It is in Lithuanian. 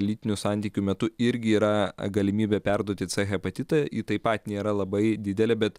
lytinių santykių metu irgi yra galimybė perduoti hepatitą ji taip pat nėra labai didelė bet